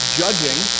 judging